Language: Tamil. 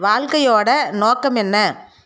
வாழ்க்கையோட நோக்கம் என்ன